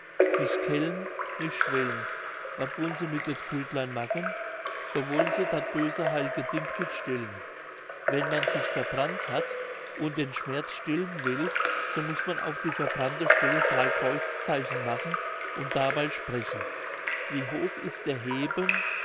nich kellen nich schwellen wat wullen se mit det krütlein maken do wullen se dat böse hilge dink mit stillen wenn man sich verbrannt hat und den schmerz stillen will so muß man auf die verbrannte stelle drei kreuzzeichen machen und dabei sprechen wie hoch ist der heben